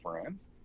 friends